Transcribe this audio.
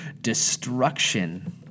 destruction